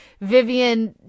Vivian